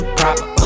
proper